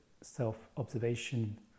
self-observation